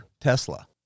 Tesla